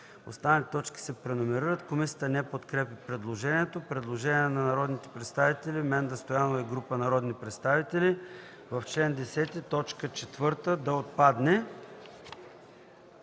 Останалите точки се преномерират. Комисията не подкрепя предложението. Предложение на народния представител Менда Стоянова и група народни представители: „В чл. 10 т. 4 да отпадне.”